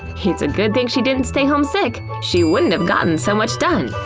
it's a good thing she didn't stay home sick, she wouldn't have gotten so much done.